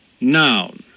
Noun